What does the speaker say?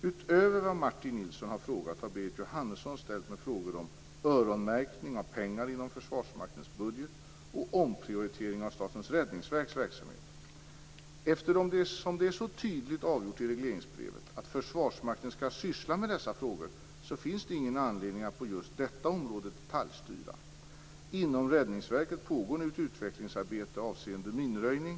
Utöver vad Martin Nilsson har frågat har Berit Jóhannesson ställt mig frågor om Eftersom det är så tydligt avgjort i regleringsbrevet att Försvarsmakten skall syssla med dessa frågor finns det ingen anledning att på just detta område detaljstyra. Inom Räddningsverket pågår nu ett utvecklingsarbete avseende minröjning.